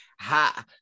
ha